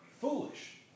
foolish